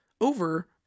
over